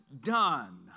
done